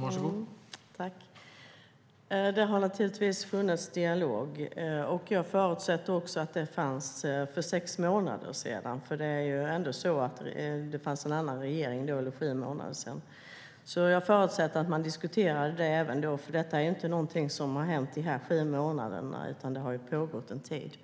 Herr talman! Det har naturligtvis funnits en dialog. Jag förutsätter också att det fanns en dialog för sju månader sedan, då det fanns en annan regering. Jag förutsätter alltså att man diskuterade detta även då. Det här är inte någonting som har hänt under dessa sju månader, utan det har pågått en tid.